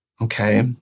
okay